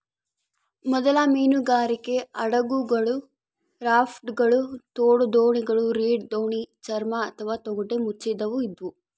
ಮೊದಲ ಮೀನುಗಾರಿಕೆ ಹಡಗುಗಳು ರಾಪ್ಟ್ಗಳು ತೋಡುದೋಣಿಗಳು ರೀಡ್ ದೋಣಿ ಚರ್ಮ ಅಥವಾ ತೊಗಟೆ ಮುಚ್ಚಿದವು ಇದ್ವು